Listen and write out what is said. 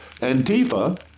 Antifa